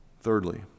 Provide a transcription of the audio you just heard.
Thirdly